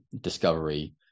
discovery